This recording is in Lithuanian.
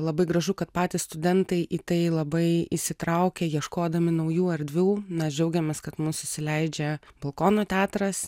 labai gražu kad patys studentai į tai labai įsitraukia ieškodami naujų erdvių na džiaugiamės kad mus įsileidžia balkono teatras